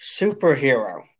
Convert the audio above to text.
superhero